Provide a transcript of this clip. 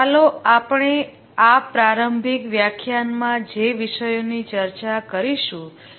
ચાલો આપણે આ પ્રારંભિક વ્યાખ્યાનમાં જે વિષયોની ચર્ચા કરીશું તે જોઈએ